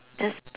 just